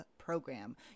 program